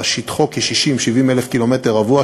ושטחו כ-60,000 70,000 ק"מ רבוע,